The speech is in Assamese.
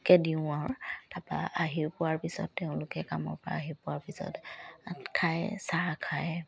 কে দিওঁ আৰু তাপা আহি পোৱাৰ পিছত তেওঁলোকে কামৰ পৰা আহি পোৱাৰ পিছত খায় চাহ খায়